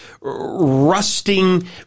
rusting